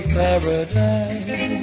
paradise